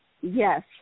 Yes